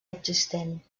existent